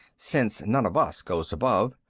since none of us goes above.